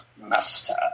Master